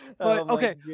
Okay